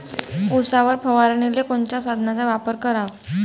उसावर फवारनीले कोनच्या साधनाचा वापर कराव?